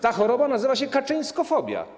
Ta choroba nazywa się kaczyńskofobia.